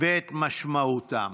ואת משמעותם.